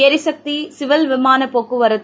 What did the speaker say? எரிசக்தி சிவில் விமானப்போக்குவரத்து